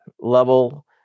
level